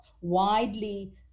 widely